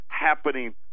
happening